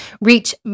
reach